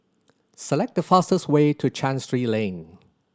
select the fastest way to Chancery Lane